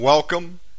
Welcome